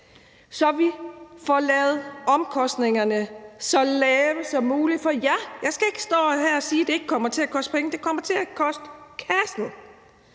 at vi får lavet omkostningerne så lave som muligt. For jeg skal ikke stå her og sige, at det ikke kommer til at koste penge. Det kommer til at koste kassen.